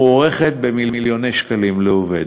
המוערכת במיליוני שקלים לעובד.